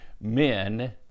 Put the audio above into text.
men